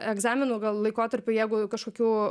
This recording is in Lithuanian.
egzaminų gal laikotarpiu jeigu kažkokių